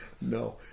No